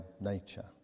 nature